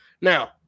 Now